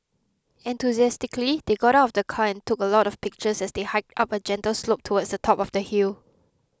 enthusiastically they got out of the car and took a lot of pictures as they hiked up a gentle slope towards the top of the hill